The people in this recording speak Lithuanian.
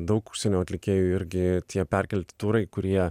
daug užsienio atlikėjų irgi tie perkelti turai kurie